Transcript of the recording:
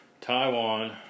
Taiwan